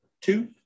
two